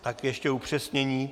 Tak ještě upřesnění.